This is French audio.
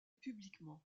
publiquement